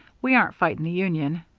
we aren't fighting the union.